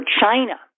China